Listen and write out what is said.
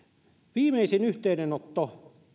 viimeisin yhteydenotto